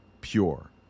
pure